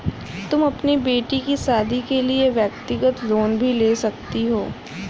तुम अपनी बेटी की शादी के लिए व्यक्तिगत लोन भी ले सकती हो